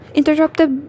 interrupted